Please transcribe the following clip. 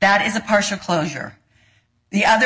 that is a partial closure the other